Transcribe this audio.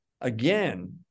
Again